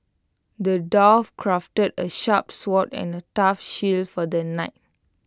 the dwarf crafted A sharp sword and A tough shield for the knight